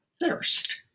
thirst